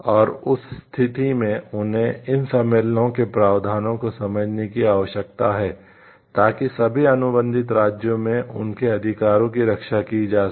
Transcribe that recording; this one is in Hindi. और उस स्थिति में उन्हें इन सम्मेलनों के प्रावधानों को समझने की आवश्यकता है ताकि सभी अनुबंधित राज्यों में उनके अधिकारों की रक्षा की जा सके